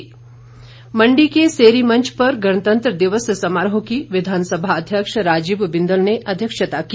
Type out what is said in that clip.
मंडी समारोह मंडी के सेरी मंच पर गणतंत्र दिवस समारोह की विधानसभा अध्यक्ष राजीव बिंदल ने अध्यक्षता की